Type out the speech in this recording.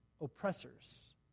oppressors